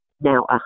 now